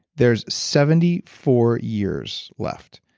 there's seventy four years left.